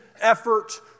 effort